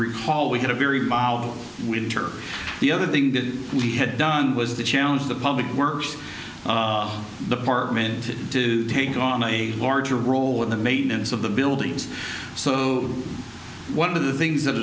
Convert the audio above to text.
recall we had a very mild winter the other thing that we had done was the challenge of the public works department to take on a larger role in the maintenance of the buildings so one of the things that